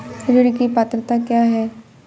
ऋण की पात्रता क्या है?